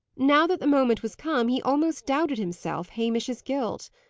now that the moment was come, he almost doubted, himself, hamish's guilt.